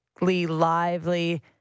lively